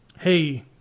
hey